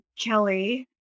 kelly